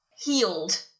healed